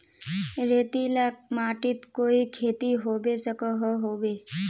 रेतीला माटित कोई खेती होबे सकोहो होबे?